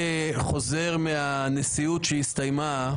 חוזר מישיבת הנשיאות שהסתיימה.